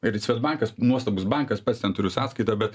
ir svedbankas nuostabus bankas pats ten turiu sąskaita bet